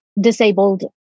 disabled